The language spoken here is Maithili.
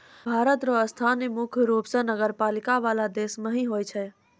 भारत र स्थान मुख्य रूप स नगरपालिका वाला देश मे ही होय छै